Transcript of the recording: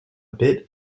bit